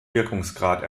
wirkungsgrad